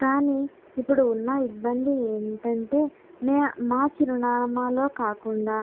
కానీ ఇప్పుడు ఉన్న ఇబ్బంది ఏమిటి అంటే మా చిరునామాలో కాకుండా